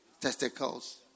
Testicles